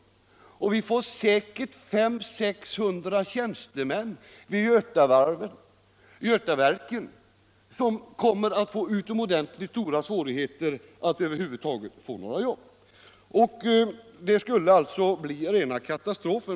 Vid Götaverken kommer säkerligen 500-600 tjänstemän att få utomordentliga svårigheter att över huvud taget hitta några jobb. Det skulle bli rena katastrofen.